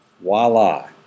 voila